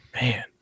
Man